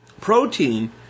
protein